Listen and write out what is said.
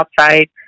outside